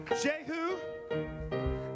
Jehu